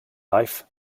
life